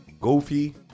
Goofy